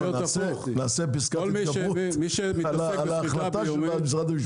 נעשה פסקת התגברות על ההחלטה של משרד המשפטים.